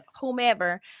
whomever